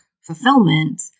fulfillment